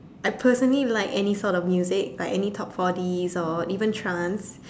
I personally like any sort of music like any top four Ds or any trance